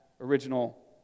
original